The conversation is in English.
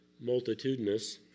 multitudinous